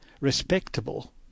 respectable